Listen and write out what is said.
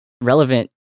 relevant